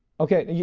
okay. yeah